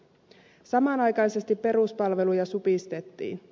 samanaikaisesti peruspalveluja supistettiin